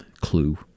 clue